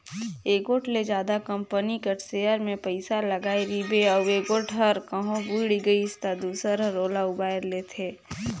एगोट ले जादा कंपनी कर सेयर में पइसा लगाय रिबे अउ एगोट हर कहों बुइड़ गइस ता दूसर हर ओला उबाएर लेथे